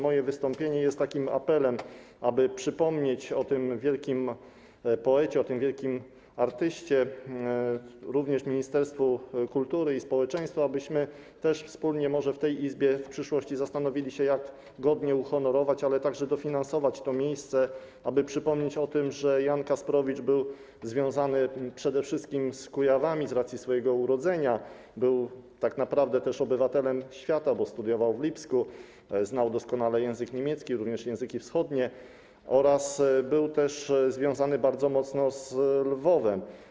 Moje wystąpienie jest apelem, aby przypomnieć o tym wielkim poecie, o tym wielkim artyście, również ministerstwu kultury i społeczeństwo, abyśmy też wspólnie może w tej Izbie w przyszłości zastanowili się, jak godnie uhonorować, ale także dofinansować to miejsce, aby przypomnieć o tym, że Jan Kasprowicz był związany przede wszystkim z Kujawami z racji swojego urodzenia, był tak naprawdę też obywatelem świata, bo studiował w Lipsku, znał doskonale język niemiecki, również języki wschodnie oraz był też związany bardzo mocno z Lwowem.